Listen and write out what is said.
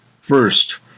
First